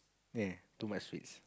ya too much sweets